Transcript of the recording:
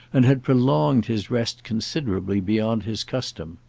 and had prolonged his rest considerably beyond his custom.